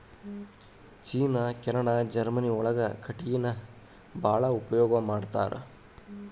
ಚೇನಾ Canada Germany ಒಳಗ ಕಟಗಿನ ಬಾಳ ಉಪಯೋಗಾ ಮಾಡತಾರ